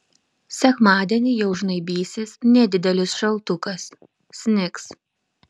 sekmadienį jau žnaibysis nedidelis šaltukas snigs